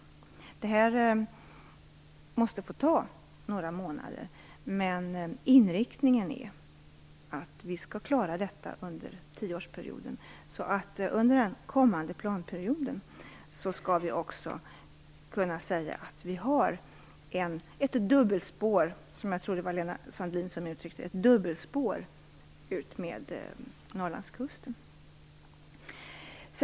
Det här måste få ta några månader, men inriktningen är att vi skall klara detta under tioårsperioden. Under den kommande planperioden skall vi kunna säga att vi har ett "dubbelspår", som jag tror Lena Sandlin uttryckte det, utmed Norrlandskusten.